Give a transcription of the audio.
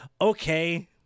Okay